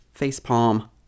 facepalm